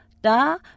da